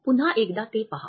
पुन्हा एकदा ते पहा